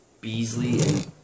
Beasley